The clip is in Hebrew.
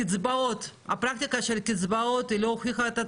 קצבאות, הפרקטיקה של קצבאות לא הוכיחה את עצמה,